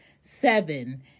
seven